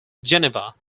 geneva